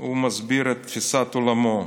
הוא מסביר את תפיסת עולמו: